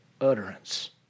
utterance